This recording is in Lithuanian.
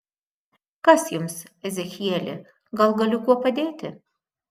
kas jums ezechieli gal galiu kuo padėti